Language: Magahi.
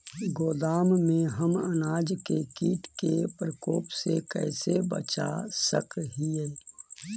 गोदाम में हम अनाज के किट के प्रकोप से कैसे बचा सक हिय?